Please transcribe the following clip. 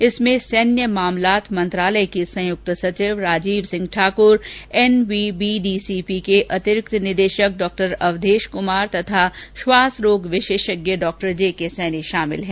इसमें सैन्य मामलात मंत्रालय के संयुक्त सचिव राजीव सिंह ठाक्र एनवीबी डीसीपी के अतिरिक्त निदेशक डॉ अवधेश क्मार तथा श्वास रोग विशेषज्ञ डॉ जेके सैनी शामिल हैं